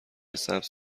سبز